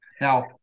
now